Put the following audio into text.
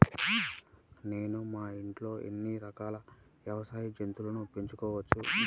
నేను మా ఇంట్లో ఎన్ని రకాల వ్యవసాయ జంతువులను పెంచుకోవచ్చు?